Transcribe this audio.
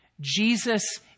Jesus